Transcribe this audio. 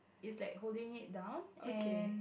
is like holding it down and